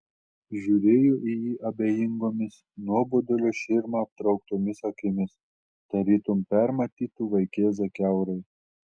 žiūrėjo į jį abejingomis nuobodulio širma aptrauktomis akimis tarytum permatytų vaikėzą kiaurai